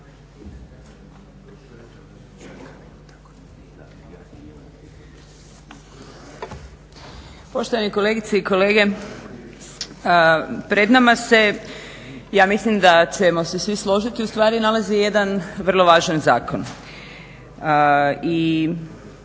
Poštovane kolegice i kolege. Pred nama se, ja mislim da ćemo se svi složiti ustvari nalazi jedan vrlo važan zakon